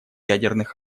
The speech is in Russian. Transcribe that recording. ядерных